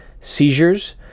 seizures